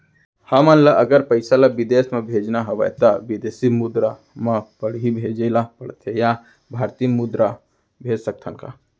हमन ला अगर पइसा ला विदेश म भेजना हवय त विदेशी मुद्रा म पड़ही भेजे ला पड़थे या भारतीय मुद्रा भेज सकथन का?